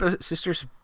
sisters